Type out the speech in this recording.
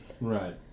Right